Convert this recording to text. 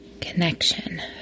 connection